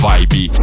Vibe